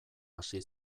hasi